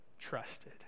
trusted